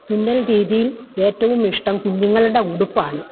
തുന്നൽരീതിയിൽ ഏറ്റവും ഇഷ്ടം കുഞ്ഞുങ്ങളുടെ ഉടുപ്പാണ്